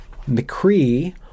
mccree